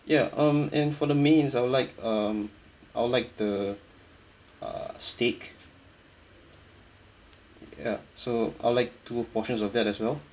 ya um and for the mains I would like uh I would like the uh steak ya so I'll like two portions of that as well